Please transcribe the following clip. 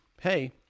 hey